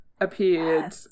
appeared